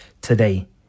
today